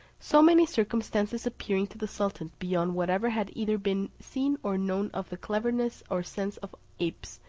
so many circumstances appearing to the sultan beyond whatever had either been seen or known of the cleverness or sense of apes,